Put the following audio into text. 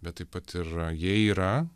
bet taip pat ir jei yra